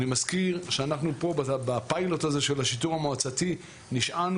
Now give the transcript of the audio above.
אני מזכיר שאנחנו פה בפיילוט הזה של השיטור המועצתי נשענו